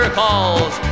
calls